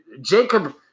Jacob